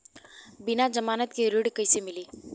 बिना जमानत के ऋण कईसे मिली?